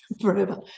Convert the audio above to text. forever